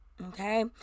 Okay